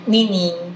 Meaning